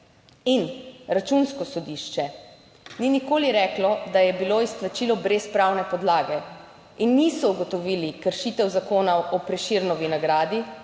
in Računsko sodišče ni nikoli reklo, da je bilo izplačilo brez pravne podlage in niso ugotovili kršitev Zakona o Prešernovi nagradi,